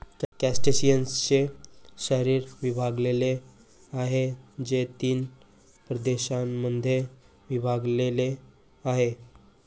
क्रस्टेशियन्सचे शरीर विभागलेले आहे, जे तीन प्रदेशांमध्ये विभागलेले आहे